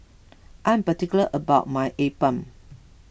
I am particular about my Appam